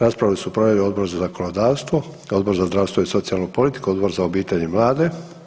Raspravu su proveli Odbor za zakonodavstvo, Odbor za zdravstvo i socijalnu politiku i Odbor za obitelj i mlade.